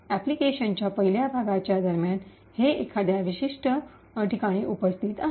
अनुप्रयोगाच्या पहिल्या भागाच्या दरम्यान हे एखाद्या विशिष्ट ठिकाणी उपस्थित आहे